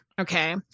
okay